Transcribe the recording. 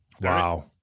Wow